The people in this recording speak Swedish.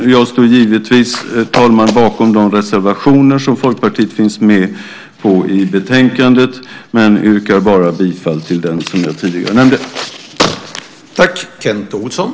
Givetvis står jag, herr talman, bakom de reservationer i betänkandet där Folkpartiet finns med, men jag yrkar bifall bara till den reservation som jag tidigare nämnt.